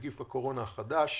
התייחסותך.